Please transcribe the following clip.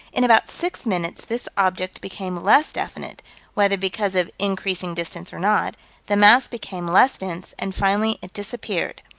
in about six minutes this object became less definite whether because of increasing distance or not the mass became less dense, and finally it disappeared.